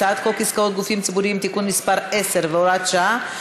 הצעת חוק עסקאות גופים ציבוריים (תיקון מס' 10 והוראת שעה)